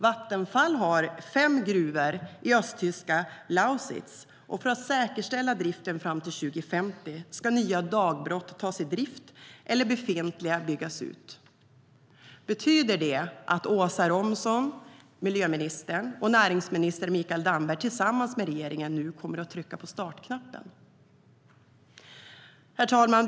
Vattenfall har fem gruvor i östtyska Lausitz, och för att säkerställa driften fram till 2050 ska nya dagbrott tas i drift eller befintliga byggas ut. Betyder det att miljöminister Åsa Romson och näringsminister Mikael Damberg tillsammans med regeringen nu kommer att trycka på startknappen? Herr talman!